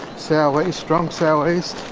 so a strong south-east,